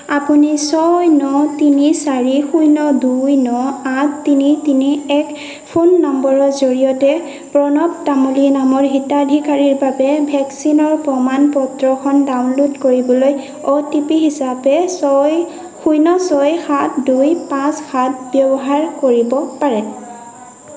আপুনি ছয় ন তিনি চাৰি শূণ্য় দুই ন আঠ তিনি তিনি এক ফোন নম্বৰৰ জৰিয়তে প্ৰণৱ তামুলী নামৰ হিতাধিকাৰীৰ বাবে ভেকচিনৰ প্ৰমাণ পত্ৰখন ডাউনলোড কৰিবলৈ অ' টি পি হিচাপে ছয় শূণ্য় ছয় সাত দুই পাঁচ সাত ব্যৱহাৰ কৰিব পাৰে